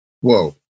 Whoa